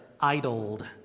idled